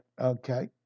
Okay